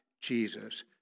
jesus